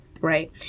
right